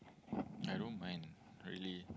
I don't mind really